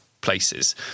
places